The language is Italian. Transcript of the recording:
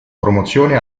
promozione